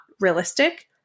realistic